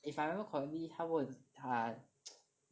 if I remember correctly 他问 err